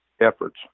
efforts